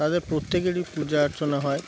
তাদের প্রত্যেকেরই পূজা অর্চনা হয়